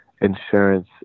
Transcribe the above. insurance